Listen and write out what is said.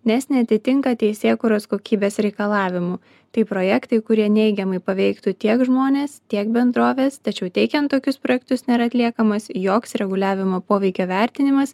nes neatitinka teisėkūros kokybės reikalavimų tai projektai kurie neigiamai paveiktų tiek žmones tiek bendroves tačiau teikiant tokius projektus nėra atliekamas joks reguliavimo poveikio vertinimas